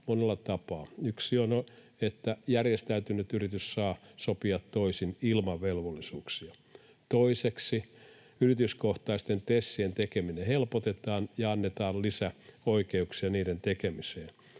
monella tapaa. Ensinnäkin, järjestäytynyt yritys saa sopia toisin ilman velvollisuuksia. Toiseksi, yrityskohtaisten TESien tekemistä helpotetaan ja annetaan lisäoikeuksia niiden tekemiseen.